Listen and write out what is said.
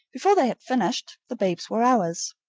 before they had finished, the babes were ours.